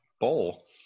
bowl